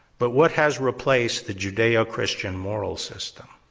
but what has replaced the judeo-christian moral system?